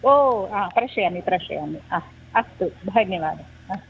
ओ हा प्रेषयामि प्रेषयामि अस्तु अस्तु धन्यवादः अ